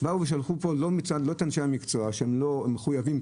שלחו לא את אנשי המקצוע, שלחו את